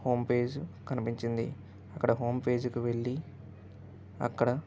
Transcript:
home page కనిపించింది అక్కడ home పేజ్కి వెళ్ళి అక్కడ